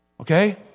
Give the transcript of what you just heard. Okay